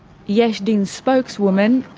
yesh din spokeswoman,